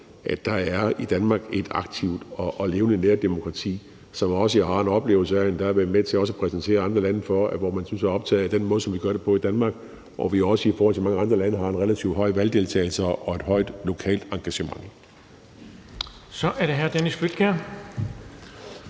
at der i Danmark er et aktivt og levende nærdemokrati. Jeg har endda også været med til at præsentere andre lande for det, hvor man er optaget af den måde, som vi gør det på i Danmark, og vi har også i forhold til mange andre lande en relativt høj valgdeltagelse og et højt lokalt engagement.